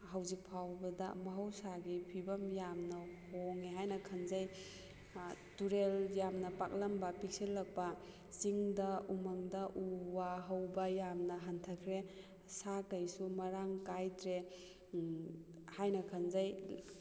ꯍꯧꯖꯤꯛ ꯐꯥꯎꯕꯗ ꯃꯍꯧꯁꯥꯒꯤ ꯐꯤꯕꯝ ꯌꯥꯝꯅ ꯍꯣꯡꯉꯦ ꯍꯥꯏꯅ ꯈꯟꯖꯩ ꯇꯨꯔꯦꯜ ꯌꯥꯝꯅ ꯄꯥꯛꯂꯝꯕ ꯄꯤꯛꯁꯜꯂꯛꯄ ꯆꯤꯡꯗ ꯎꯃꯪꯗ ꯎ ꯋꯥ ꯍꯧꯕ ꯌꯥꯝꯅ ꯍꯟꯊꯈ꯭ꯔꯦ ꯁꯥ ꯀꯩꯁꯨ ꯃꯔꯥꯡ ꯀꯥꯏꯗ꯭ꯔꯦ ꯍꯥꯏꯅ ꯈꯟꯖꯩ